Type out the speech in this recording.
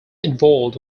involved